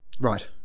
Right